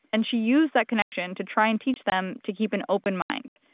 and she used that connection to try and teach them to keep an open mind.